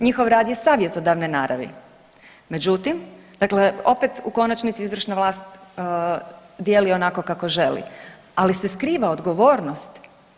Njihov rad je savjetodavne naravni, međutim dakle opet u konačnici izvršna vlast dijeli onako kako želi, ali se skriva odgovornost.